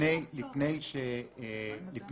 אם אתה זוכר,